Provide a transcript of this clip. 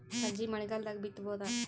ಸಜ್ಜಿ ಮಳಿಗಾಲ್ ದಾಗ್ ಬಿತಬೋದ?